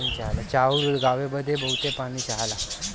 चाउर उगाए बदे बहुत पानी चाहला